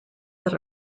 that